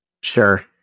Sure